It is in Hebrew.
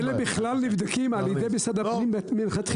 אם הם בכלל נבדקים על ידי משרד הפנים מלכתחילה.